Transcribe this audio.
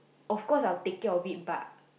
of course I'll take care of it but